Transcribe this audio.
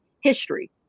history